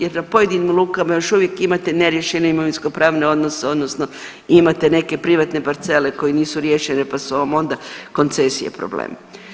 Jer na pojedinim lukama još uvijek imate neriješene imovinsko-pravne odnose, odnosno imate neke privatne parcele koje nisu riješene pa su vam onda koncesije problem.